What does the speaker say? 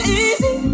easy